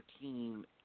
team